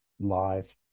live